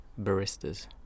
baristas